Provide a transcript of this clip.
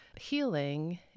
healing